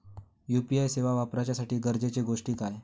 UPI सेवा वापराच्यासाठी गरजेचे गोष्टी काय?